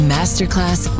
Masterclass